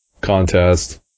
contest